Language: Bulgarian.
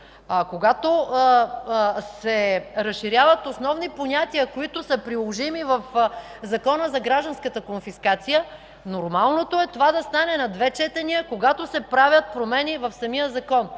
когато се разширяват основни понятия, приложими в Закона за гражданската конфискация, нормално е това да стане на две четения, когато се правят промени в самия Закон.